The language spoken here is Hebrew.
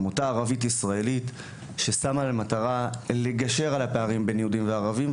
עמותה ערבית ישראלית ששמה לה למטרה לגשר על הפערים בין יהודים וערבים,